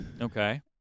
Okay